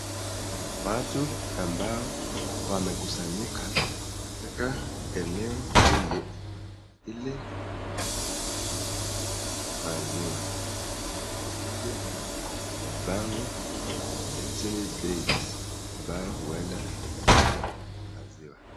Watu ambao wamekusanyika katika eneo hili ili kuweza kununua maziwa. Eneo hili linabango ya 'Destiny Dairies' ambayo huenda ni la kuuza maziwa.